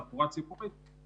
תחבורה ציבורית,